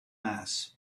mass